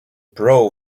pro